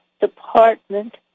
department